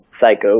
psycho